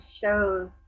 shows